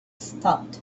stopped